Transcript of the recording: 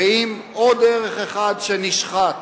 ואם עוד ערך אחד נשחט,